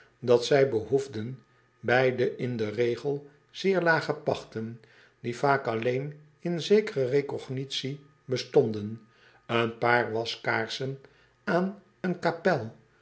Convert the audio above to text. dat zij behoefden bij de in den regel zeer lage pachten die vaak alleen in zekere recognitie bestonden een paar waskaarsen aan een kapel